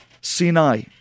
Sinai